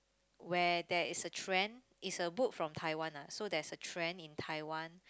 where there is a trend is a book from Taiwan lah so there is a trend in Taiwan